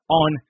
on